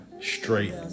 Straight